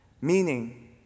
Meaning